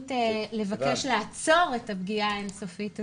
האפשרות לבקש לעצור את הפגיעה האינסופית הזו,